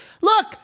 Look